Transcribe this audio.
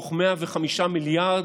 מתוך 105 מיליארד,